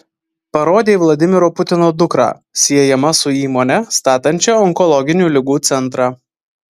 parodė vladimiro putino dukrą siejama su įmone statančia onkologinių ligų centrą